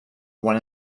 one